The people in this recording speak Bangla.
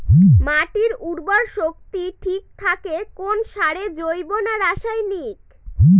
মাটির উর্বর শক্তি ঠিক থাকে কোন সারে জৈব না রাসায়নিক?